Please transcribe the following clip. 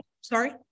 sorry